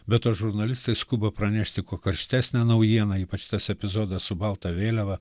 be to žurnalistai skuba pranešti kuo karštesnę naujieną ypač tas epizodas su balta vėliava